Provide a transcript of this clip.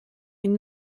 une